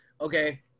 Okay